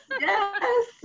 yes